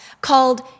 called